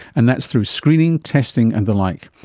and that's through screening, testing and the like.